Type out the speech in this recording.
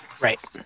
Right